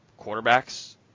quarterbacks